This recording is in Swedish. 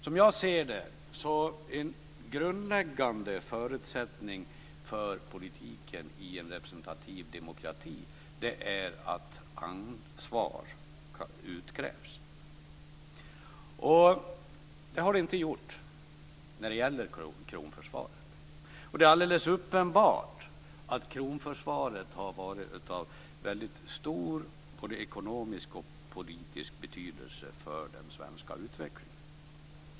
Som jag ser det är en grundläggande förutsättning för politiken i en representativ demokrati att ansvar kan utkrävas. Så har inte skett när det gäller kronförsvaret. Det är alldeles uppenbart att kronförsvaret har varit av väldigt stor både ekonomisk och politisk betydelse för den svenska utvecklingen.